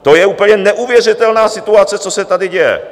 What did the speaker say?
To je úplně neuvěřitelná situace, co se tady děje.